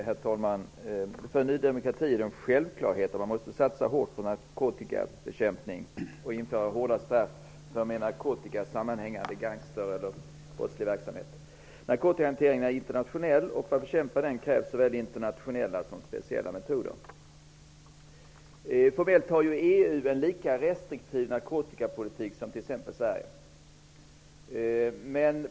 Herr talman! För oss i Ny demokrati är det en självklarhet att man måste satsa hårt på narkotikabekämpningen och att det är nödvändigt att införa hårda straff för med narkotikan sammanhängande gangsterverksamhet eller brottslig verksamhet. Narkotikahanteringen är internationell. För att bekämpa denna hantering krävs det såväl internationella som speciella metoder. Formellt har EU lika restriktiv narkotikapolitik som t.ex. Sverige har.